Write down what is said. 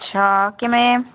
ਅੱਛਾ ਕਿਵੇਂ